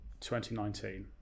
2019